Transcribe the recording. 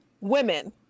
women